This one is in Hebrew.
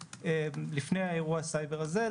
לפני אירוע הסייבר הזה,